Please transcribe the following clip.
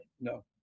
no